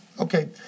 Okay